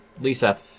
Lisa